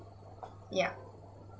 yeah